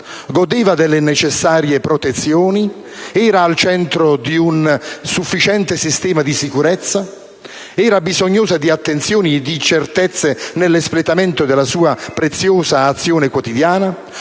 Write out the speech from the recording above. Godeva delle necessarie protezioni? Era al centro di un sufficiente sistema di sicurezza? Era bisognosa di attenzioni e di certezze nell'espletamento della sua preziosa azione quotidiana?